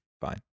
Fine